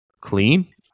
clean